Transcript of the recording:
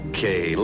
Okay